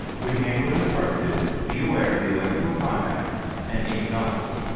when handling the cartridges be aware of the electrical contacts and ink nozzles.